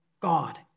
God